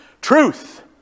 truth